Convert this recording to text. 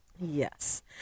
Yes